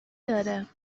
داره